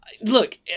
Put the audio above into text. Look